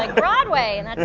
like broadway! and and